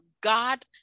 God